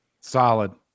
Solid